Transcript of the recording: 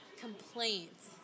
Complaints